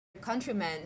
countrymen